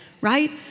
right